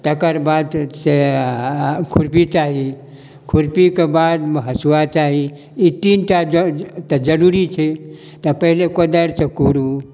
तकर बाद से खुरपी चाही खुरपीके बादमे हँसुआ चाही ई तीनटा तऽ जरूरी छै तऽ पहिले कोदारिसँ कोड़ु